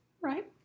right